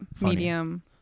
medium